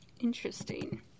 Interesting